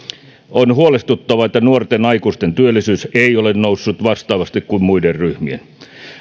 on huolestuttavaa että nuorten aikuisten työllisyys ei ole noussut vastaavasti kuin muiden ryhmien